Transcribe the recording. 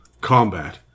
combat